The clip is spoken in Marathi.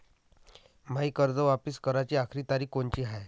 मायी कर्ज वापिस कराची आखरी तारीख कोनची हाय?